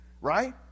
right